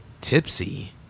tipsy